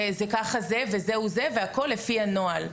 זה ככה זה וזהו זה, והכל לפי הנוהל.